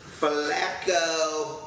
Flacco